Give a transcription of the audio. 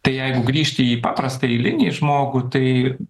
tai jeigu grįžti į paprastą eilinį žmogų tai